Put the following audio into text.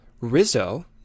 Rizzo